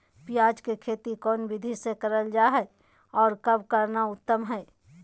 प्याज के खेती कौन विधि से कैल जा है, और कब करना उत्तम है?